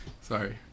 Sorry